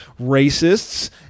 racists